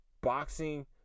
boxing